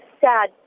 sad